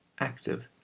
active,